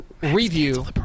review